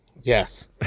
yes